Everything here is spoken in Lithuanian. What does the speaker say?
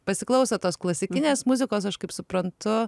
pasiklausot tos klasikinės muzikos aš kaip suprantu